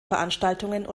veranstaltungen